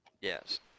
Yes